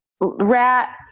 rat